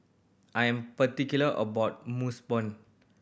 I am particular about